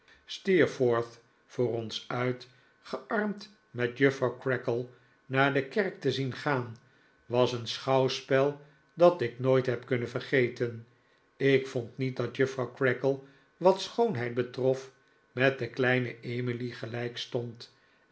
voor ons uit gearmd met juffrouw creakle naar de kerk te zien gaan was een schouwspel dat ik nooit heb kunnen vergeten ik vond niet dat juffrouw creakle wat schoonheid betrof met de kleine emily